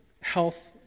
health